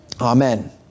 Amen